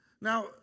now